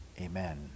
amen